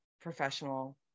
professional